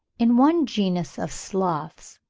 in one genus of sloths,